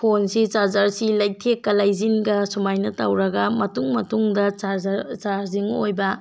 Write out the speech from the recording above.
ꯐꯣꯟꯁꯤ ꯆꯥꯔꯖꯔꯁꯤ ꯂꯩꯊꯦꯛꯀ ꯂꯩꯁꯤꯟꯒ ꯁꯨꯃꯥꯏꯅ ꯇꯧꯔꯒ ꯃꯇꯨꯡ ꯃꯇꯨꯡꯗ ꯆꯥꯔꯖꯤꯡ ꯑꯣꯏꯕ